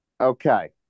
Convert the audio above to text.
Okay